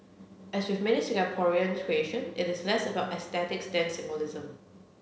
as with many Singaporean creation it is less about aesthetics than symbolism